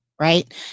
Right